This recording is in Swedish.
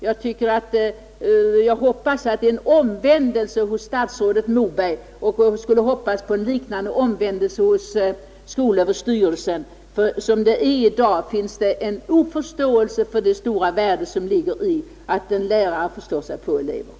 Jag hoppas på en omvändelse hos statsrådet Moberg, och jag hoppas på en liknande omvändelse hos skolöverstyrelsen. Som det är i dag finns det ingen förståelse för det värde som ligger i att en lärare förstår sig på eleverna.